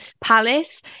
palace